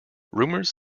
rumours